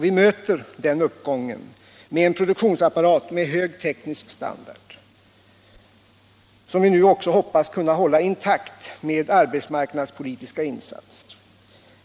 Vi möter den uppgången med en produktionsapparat med hög teknisk standard, som vi nu också hoppas kunna hålla intakt med arbetsmarknadspolitiska insatser.